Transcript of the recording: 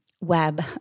web